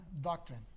doctrine